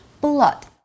blood